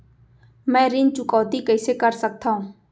मैं ऋण चुकौती कइसे कर सकथव?